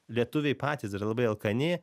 lietuviai patys dar yra labai alkani